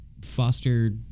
Foster